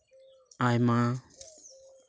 ᱟᱭᱢᱟ